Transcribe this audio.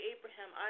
Abraham